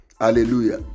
Hallelujah